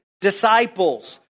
disciples